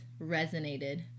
resonated